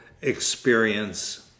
experience